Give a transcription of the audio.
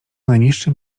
najniższym